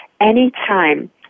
anytime